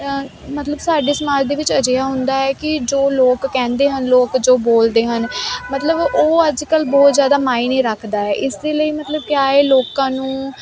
ਮਤਲਬ ਸਾਡੇ ਸਮਾਜ ਦੇ ਵਿੱਚ ਅਜਿਹਾ ਹੁੰਦਾ ਹੈ ਕਿ ਜੋ ਲੋਕ ਕਹਿੰਦੇ ਹਨ ਲੋਕ ਜੋ ਬੋਲਦੇ ਹਨ ਮਤਲਬ ਉਹ ਅੱਜ ਕੱਲ ਬਹੁਤ ਜਿਆਦਾ ਮਾਇਨੇ ਰੱਖਦਾ ਹ ਇਸ ਦੇ ਲਈ ਮਤਲਬ ਕਿਆ ਹ ਲੋਕਾਂ ਨੂੰ